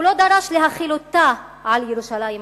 הוא לא דרש להחיל אותה על ירושלים המזרחית.